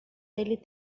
ele